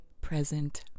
present